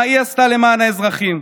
מה היא עשתה למען האזרחים?